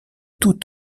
tout